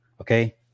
Okay